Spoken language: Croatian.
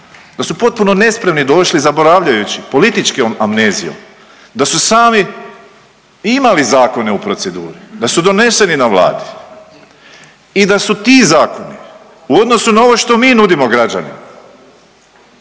Da su potpuno nespremni došli zaboravljajući političkom amnezijom da su sami imali zakone u proceduri, da su doneseni na vladi i da su ti zakoni u odnosu na ovo što mi nudimo građanima